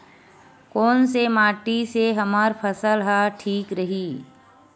कोन से माटी से हमर फसल ह ठीक रही?